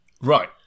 right